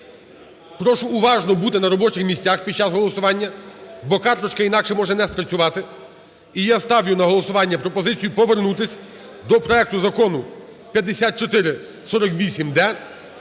Прошу уважно бути на робочих місцях під час голосування, бо карточка інакше може не спрацювати. І я ставлю на голосування пропозицію повернутись до проекту Закону 5448-д,